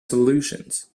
solutions